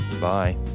Bye